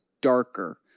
darker